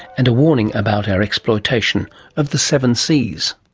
and a warning about our exploitation of the seven seas.